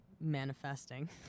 manifesting